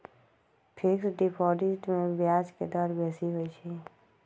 fixed deposit में ब्याज के दर बेशी होइ छइ